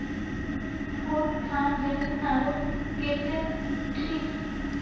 कौन खान जमीन आलूर केते ठिक?